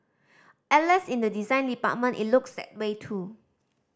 alas in the design department it looks that way too